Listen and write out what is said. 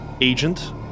agent